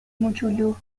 موچولو